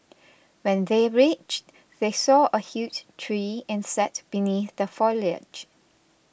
when they reached they saw a huge tree and sat beneath the foliage